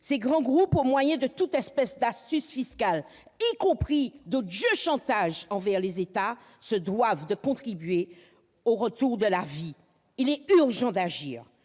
Ces grands groupes, au moyen de toute espèce d'astuces fiscales, y compris d'odieux chantages aux États, se doivent de contribuer au retour de la vie. Il est urgent d'agir.